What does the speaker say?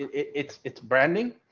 it's it's branding.